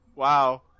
Wow